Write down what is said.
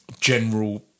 general